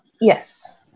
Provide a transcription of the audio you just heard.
Yes